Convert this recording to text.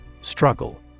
Struggle